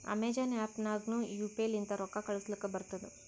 Amazon app ನಾಗ್ನು U P I ಲಿಂತ ರೊಕ್ಕಾ ಕಳೂಸಲಕ್ ಬರ್ತುದ್